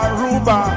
Aruba